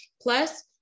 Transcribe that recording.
plus